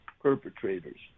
perpetrators